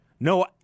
No